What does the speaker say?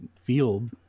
field